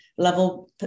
level